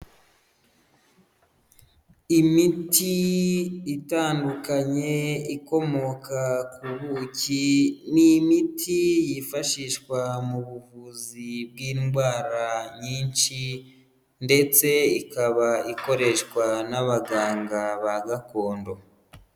Imiti itandukanye ikomoka ku buki, ni imiti yifashishwa mu buvuzi bw'indwara nyinshi ndetse ikaba ikoreshwa n'abaganga ba gakondo.